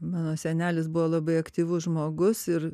mano senelis buvo labai aktyvus žmogus ir